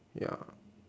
ya